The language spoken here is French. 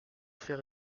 fait